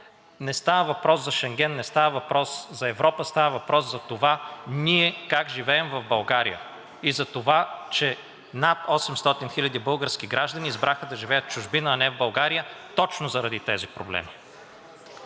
не става въпрос за Шенген, не става въпрос за Европа, става въпрос за това ние как живеем в България и за това, че над 800 хиляди български граждани избраха да живеят в чужбина, а не в България точно заради тези проблеми.